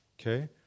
okay